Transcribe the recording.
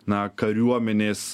na kariuomenės